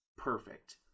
perfect